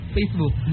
Facebook